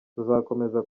tuzakomeza